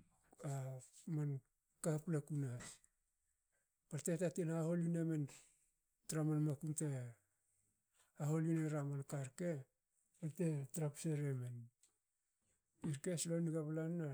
manka paplaku nahas balte tatin haholi nemen traman makum te haholinera manka rke- balte tra psa remen. Irke solon niga blan na